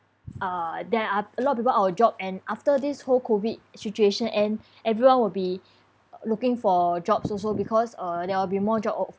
uh there are a lot of people out of job and after this whole COVID situation end everyone will be looking for jobs also because uh there will be more job